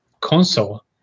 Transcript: console